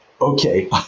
okay